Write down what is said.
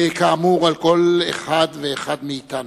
כאמור, על כל אחד ואחד מאתנו.